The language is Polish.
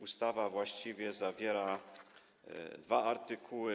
Ustawa właściwie zawiera dwa artykuły.